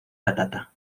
patata